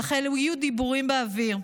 אך אלו יהיו דיבורים באוויר.